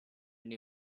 new